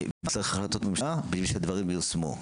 צריך החלטות ממשלה כדי שהדברים יישומו.